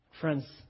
Friends